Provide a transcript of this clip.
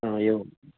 हा एवम्